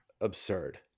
absurd